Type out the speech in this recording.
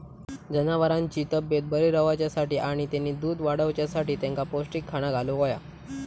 जनावरांची तब्येत बरी रवाच्यासाठी आणि तेनी दूध वाडवच्यासाठी तेंका पौष्टिक खाणा घालुक होया